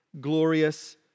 glorious